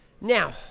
Now